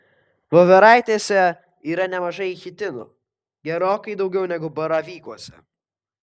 voveraitėse yra nemažai chitino gerokai daugiau negu baravykuose